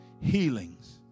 healings